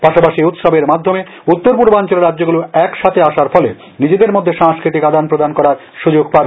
পাশাপাশি এই উৎসবের মাধ্যমে উত্তর পূর্বাঞ্চলের রাজ্যগুলি একসাথে আসার ফলে নিজেদের মধ্যে সাংস্কৃতিক আদান প্রদান করার সুযোগ পাবে